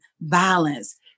violence